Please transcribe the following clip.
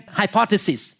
hypothesis